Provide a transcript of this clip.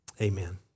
Amen